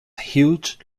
huge